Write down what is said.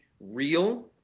real –